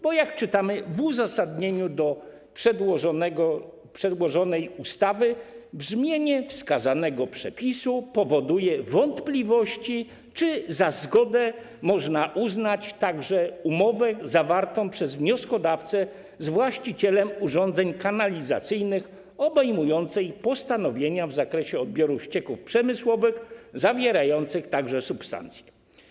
Bo jak czytamy w uzasadnieniu przedłożonego projektu ustawy, brzmienie wskazanego przepisu powoduje wątpliwości, czy za zgodę można uznać także umowę zawartą przez wnioskodawcę z właścicielem urządzeń kanalizacyjnych obejmującą postanowienia w zakresie odbioru ścieków przemysłowych zawierających takie substancje.